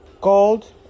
gold